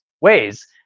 ways